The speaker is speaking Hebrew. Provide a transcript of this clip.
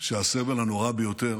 שהסבל הנורא ביותר